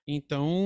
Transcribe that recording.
Então